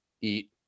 eat